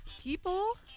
people